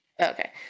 Okay